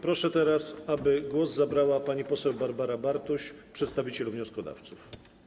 Proszę, aby głos zabrała pani poseł Barbara Bartuś, przedstawiciel wnioskodawców.